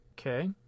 okay